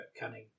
cunning